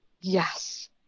Yes